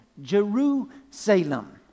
Jerusalem